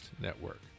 Network